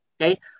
Okay